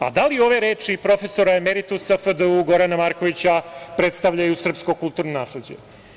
Da li ove reči profesora emeritusa FDU Gorana Markovića predstavljaju srpsko kulturno nasleđe?